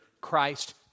Christ